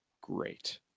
great